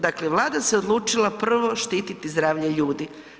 Dakle, Vlada se odlučila prvo štititi zdravlje ljudi.